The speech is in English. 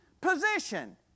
position